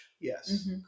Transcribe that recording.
Yes